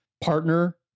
partner